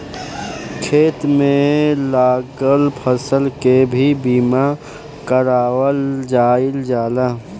खेत में लागल फसल के भी बीमा कारावल जाईल जाला